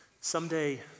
someday